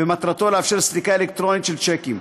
ומטרתה לאפשר סליקה אלקטרונית של שיקים.